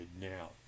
now